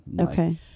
Okay